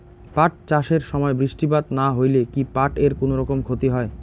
পাট চাষ এর সময় বৃষ্টিপাত না হইলে কি পাট এর কুনোরকম ক্ষতি হয়?